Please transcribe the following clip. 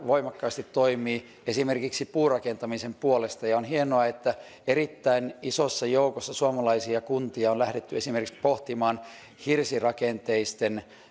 voimakkaasti toimii esimerkiksi puurakentamisen puolesta on hienoa että erittäin isossa joukossa suomalaisia kuntia on lähdetty esimerkiksi pohtimaan massiivihirsirakenteisten